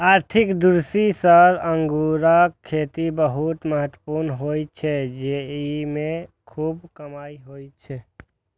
आर्थिक दृष्टि सं अंगूरक खेती बहुत महत्वपूर्ण होइ छै, जेइमे खूब कमाई छै